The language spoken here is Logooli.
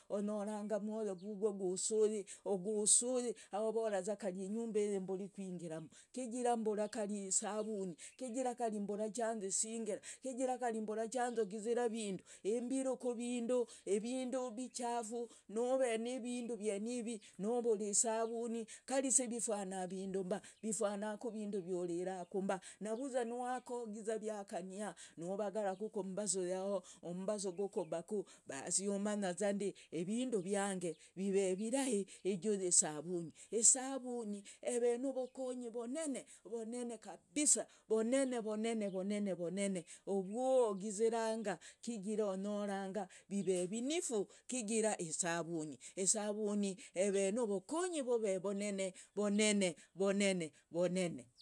Onyoranga mwoyo gwugo gusuyi, gusuri ma ovoraza kari inyumba iyi mburi kwingiramu, kigira mbura kari isavuni, kigira mbura kari chanzisingira, kigira mbura chanzogizira ivindu, imbiru kuvindu, vindu vichafu. Nuve ni vindu vyenivi nuvura isavuni kari si vifanaku vindu mba. Vifanaku vindu vyuriraku mba. Navuza nwakogiza vyakaniha, nuvagaraku kummbasu yaho, ummbasu gukubaku, hasi mumanyaza ndi vindu vyange vive virahi ijuu yisavuni. Isavuni eve novokonyi vonene, vonene kabisa, vonene, vonene, vonene. Vonene uvwogiziranga kigira onyoranga vive vinifu kigira isavuni. Isavuni eve novokonyi vove vonene, vonene, vonene, vonene.